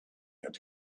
had